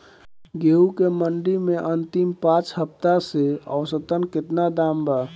गेंहू के मंडी मे अंतिम पाँच हफ्ता से औसतन केतना दाम बा?